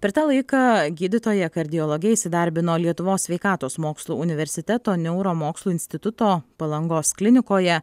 per tą laiką gydytoja kardiologe įsidarbino lietuvos sveikatos mokslų universiteto neuromokslų instituto palangos klinikoje